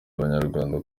abanyarwanda